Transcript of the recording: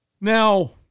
Now